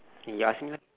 you ask him lah